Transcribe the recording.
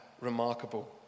remarkable